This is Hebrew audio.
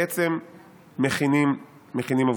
בעצם מכינים עבורו.